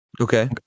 Okay